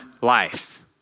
life